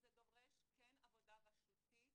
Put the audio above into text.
וזה דורש כן עבודה רשותית